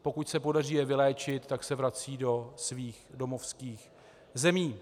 Pokud se podaří je vyléčit, tak se vracejí do svých domovských zemí.